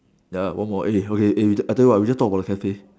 ya one more eh okay eh I tell you what we just talk about the cafe